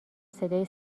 صدای